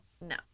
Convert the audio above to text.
No